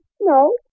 No